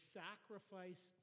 sacrifice